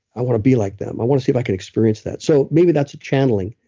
i want to be like them. i want to see if i can experience that. so, maybe that's channeling.